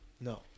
No